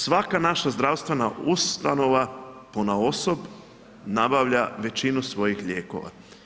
Svaka naša zdravstvena ustanova ponaosob nabavlja većinu svojih lijekova.